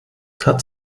hat